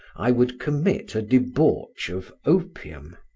i would commit a debauch of opium.